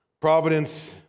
Providence